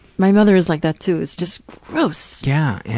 my mother is like that too. it's just gross. yeah, and